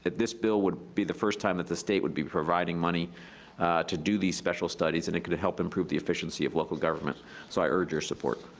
this bill would be the first time that the state would be providing money to do these special studies, and it could help improve the efficiency of local government so i urge your support.